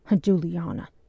Juliana